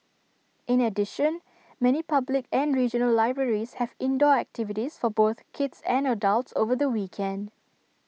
in addition many public and regional libraries have indoor activities for both kids and adults over the weekend